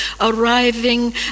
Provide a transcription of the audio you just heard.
arriving